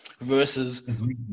Versus